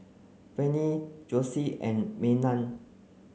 Vannie Josue and Maynard